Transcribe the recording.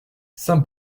saint